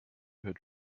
had